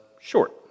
short